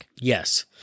Yes